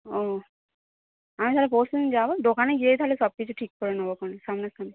ও আমি তালে পরশু দিন যাবো দোকানে গিয়ে তালে সব কিছু ঠিক করে নেবোখন সামনে খানে